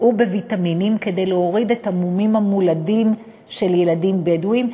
ובוויטמינים כדי להוריד את המומים המולדים של ילדים בדואים.